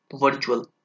virtual